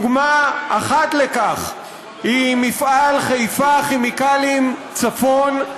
דוגמה אחת לכך היא מפעל חיפה כימיקלים צפון,